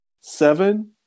Seven